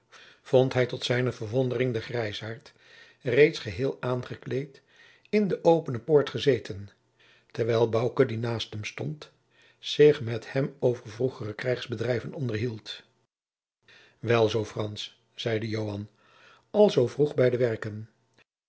vond hij tot zijne verwondering den grijzaart reeds geheel aangekleed in de opene poort gezeten terwijl bouke die naast hem stond zich met hem over vroegere krijgsbedrijven onderhield wel zoo frans zeide joan al zoo vroeg bij de werken